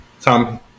Tom